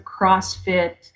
CrossFit